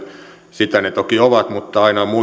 sitä ne toki ovat mutta on aina